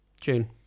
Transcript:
June